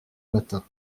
matins